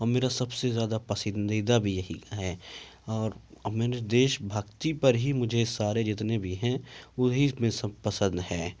اور میرا سب سے زیادہ پسندیدہ بھی یہی ہے اور اور میں نے دیش بھکتی پر ہی مجھے سارے جتنے بھی ہیں انہیں میں سب پسند ہیں